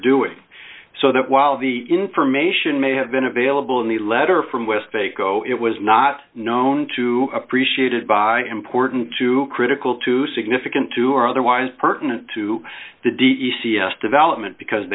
doing so that while the information may have been available in the letter from west vaiko it was not known to appreciated by important to critical to significant to or otherwise pertinent to the d e c s development because